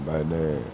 میں نے